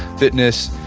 fitness.